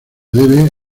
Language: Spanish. debe